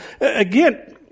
again